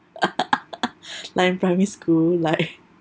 like in primary school like